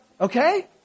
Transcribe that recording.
Okay